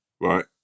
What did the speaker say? right